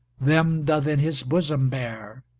them doth in his bosom bear,